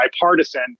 bipartisan